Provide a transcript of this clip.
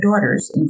daughters